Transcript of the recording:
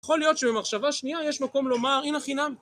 יכול להיות שבמחשבה שנייה יש מקום לומר היא נכי נמי